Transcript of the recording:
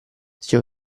sia